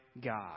God